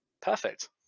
Perfect